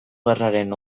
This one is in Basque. gerraren